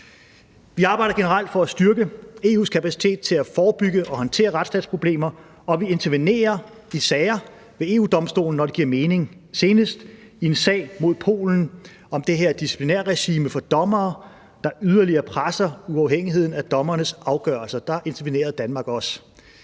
Vi arbejder generelt for at styrke EU's kapacitet til at forebygge og håndtere retsstatsproblemer, og vi intervenerer i sager ved EU-Domstolen, når det giver mening. Senest i en sag mod Polen om det her disciplinærregime for dommere, der yderligere presser uafhængigheden af dommernes afgørelser, intervenerede Danmark og